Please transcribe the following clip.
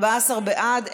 14 בעד,